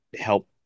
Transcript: help